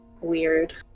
weird